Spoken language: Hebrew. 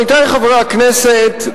עמיתי חברי הכנסת,